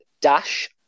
dash